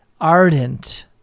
ardent